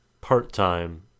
part-time